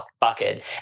bucket